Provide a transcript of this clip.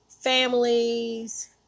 families